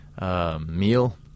meal